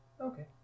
okay